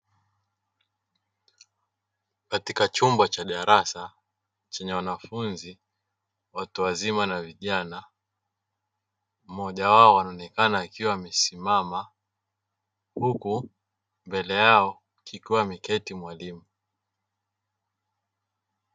Katika chumba cha darasa chenye wanafunzi watu wazima na vijana, mmoja wao anaonekana akiwa amesimama huku mbele yao akiwa ameketi mwalimu.